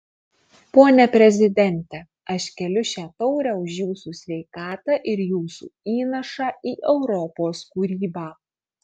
pone prezidente aš keliu šią taurę už jūsų sveikatą ir jūsų įnašą į europos kūrybą